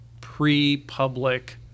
pre-public